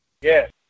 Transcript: Yes